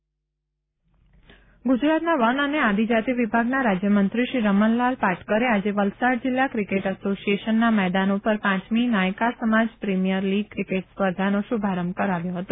cricket Patkar ગુજરાતના વન અને આદિજાતિ વિભાગના રાજ્યમંત્રી શ્રી રમણલાલ પાટકરે આજે વલસાડ જિલ્લા ક્રિકેટ એસોસિએશનના મેદાન ઉપર પાંચમી નાયકા સમાજ પ્રીમિયર લીગ ક્રિકેટ સ્પર્ધાનો શુભારંભ કરાવ્યો હતો